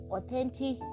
Authentic